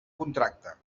contracte